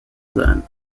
sein